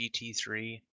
GT3